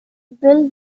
built